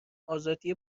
آزادی